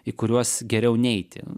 į kuriuos geriau neiti